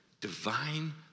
divine